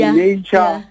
nature